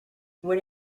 would